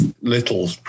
little